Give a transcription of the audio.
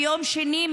ביום שני,